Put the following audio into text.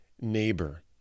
neighbor